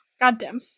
Goddamn